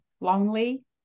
lonely